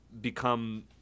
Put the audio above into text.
become